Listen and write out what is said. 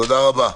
תודה רבה.